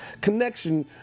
connection